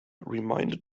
reminded